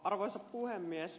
arvoisa puhemies